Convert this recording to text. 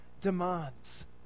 demands